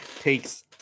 takes